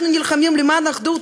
אנחנו נלחמים למען אחדות.